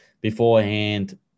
beforehand